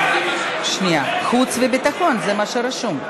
חוץ וביטחון, זה מה שרשום.